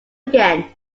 again